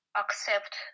accept